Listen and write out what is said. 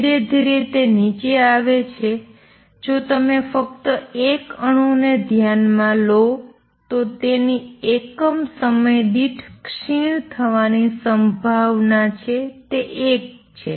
ધીરે ધીરે તે નીચે આવે છે જો તમે ફક્ત ૧ અણુને ધ્યાનમાં લો તો તેની એકમ સમય દીઠ ક્ષીણ થવાની સંભાવના છે જે ૧ છે